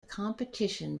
competition